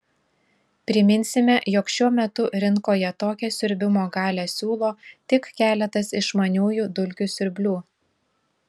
priminsime jog šiuo metu rinkoje tokią siurbimo galią siūlo tik keletas išmaniųjų dulkių siurblių